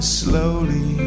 slowly